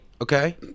Okay